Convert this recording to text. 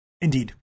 Indeed